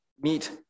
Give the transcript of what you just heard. meet